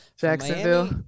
Jacksonville